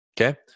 okay